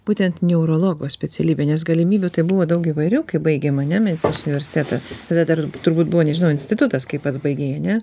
būtent neurologo specialybę nes galimybių tai buvo daug įvairių kai baigėm ane medicinos universitetą tada dar turbūt buvo nežinau institutas kaip pats baigei ane